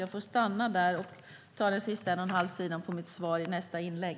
Jag får stanna där och ta det sista av mitt svar i nästa inlägg.